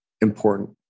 important